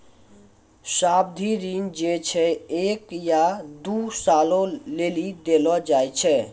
सावधि ऋण जे छै एक या दु सालो लेली देलो जाय छै